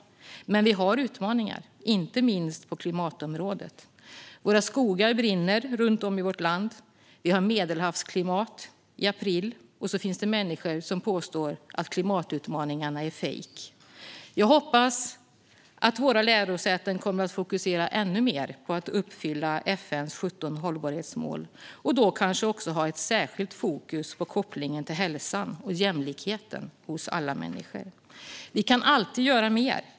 Men vi har utmaningar, inte minst på klimatområdet. Skogarna brinner runt om i vårt land. Vi har Medelhavsklimat i april. Samtidigt finns det människor som påstår att klimatutmaningarna är fejk. Jag hoppas att våra lärosäten kommer att fokusera ännu mer på att uppfylla FN:s 17 hållbarhetsmål och då kanske också ha ett särskilt fokus på kopplingen till hälsa och jämlikhet för alla människor. Vi kan alltid göra mer.